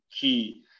key